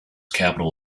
capital